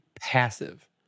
passive